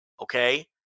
okay